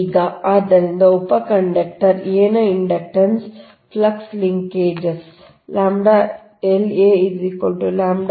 ಈಗ ಆದ್ದರಿಂದ ಉಪ ಕಂಡಕ್ಟರ್ a ನ ಇಂಡಕ್ಟನ್ಸ್ ಆ ಫ್ಲಕ್ಸ್ ಲಿಂಕ್ಗಳು ಇದು ಸಮೀಕರಣ 50